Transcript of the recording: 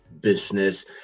business